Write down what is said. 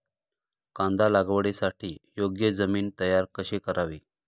कांदा लागवडीसाठी योग्य जमीन तयार कशी करावी?